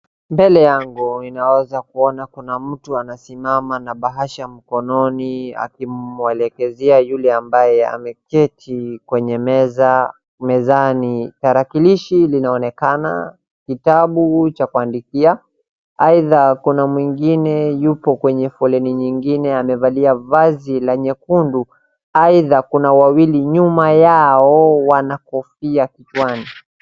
Mbele yangu ninaweza kuona kuna mtu anasimama na bahasha mkononi akimwelekezea yule ambaye ameketi mezani. Tarakilishi inaonekana, kitabu cha kuandikia, aidha kuna mwingine yupo kwenye foleni nyingine amevalia vazi nyekundu, aidha kuna wengine nyuma yao wana kofia kichwani.